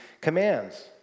commands